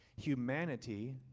Humanity